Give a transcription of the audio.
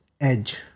edge